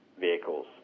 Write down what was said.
vehicles